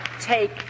take